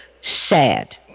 sad